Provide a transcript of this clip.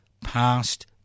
past